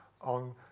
on